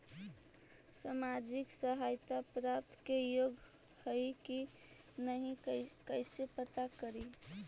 सामाजिक सहायता प्राप्त के योग्य हई कि नहीं कैसे पता करी?